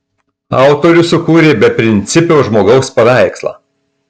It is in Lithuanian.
autorius sukūrė beprincipio žmogaus paveikslą